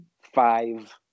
five